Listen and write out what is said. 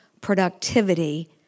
productivity